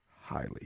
highly